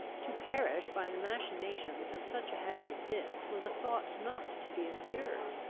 to perish by the machinations of such a hag as this was a thought not to be endured.